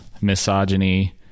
misogyny